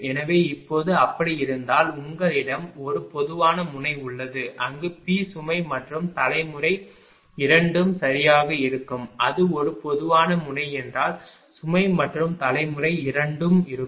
எனவே இப்போது அப்படி இருந்தால் உங்களிடம் ஒரு பொதுவான முனை உள்ளது அங்கு P சுமை மற்றும் தலைமுறை இரண்டும் சரியாக இருக்கும் அது ஒரு பொதுவான முனை என்றால் சுமை மற்றும் தலைமுறை இரண்டும் இருக்கும்